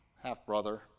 half-brother